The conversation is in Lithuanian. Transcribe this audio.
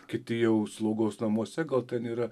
kiti jau slaugos namuose gal ten yra